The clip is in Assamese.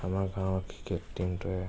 আমাৰ গাঁৱৰ ক্ৰিকেট টিমটোৱে